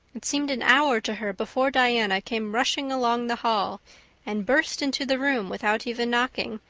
it seemed an hour to her before diana came rushing along the hall and burst into the room without even knocking,